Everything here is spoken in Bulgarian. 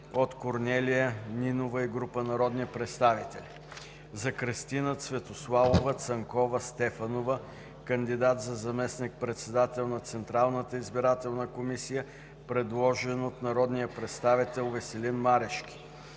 Корнелия Нинова и група народни представители; Кристина Цветославова Цанкова-Стефанова – кандидат за заместник-председател на Централната избирателна комисия, предложена от народния представител Веселин Марешки;